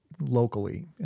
locally